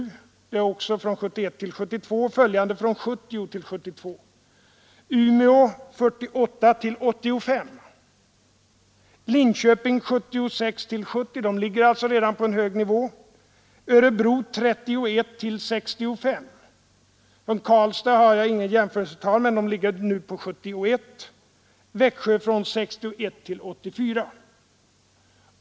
De siffror jag sedan nämner har noterats från 1970—1972: Umeå från 48 till 85, Linköping från 76 till 70 — där ligger man alltså redan på hög nivå — och Örebro från 31 till 65. Från Karlstad har jag inget jämförelsetal, men man ligger där nu på 71. Växjö har ökat från 61 till 84.